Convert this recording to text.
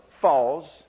falls